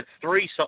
three